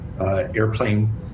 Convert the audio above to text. airplane